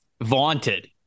Vaunted